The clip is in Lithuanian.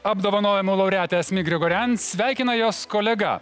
apdovanojimų laureatę asmik grigorian sveikina jos kolega